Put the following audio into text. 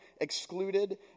excluded